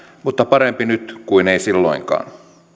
mutta parempi nyt kuin ei silloinkaan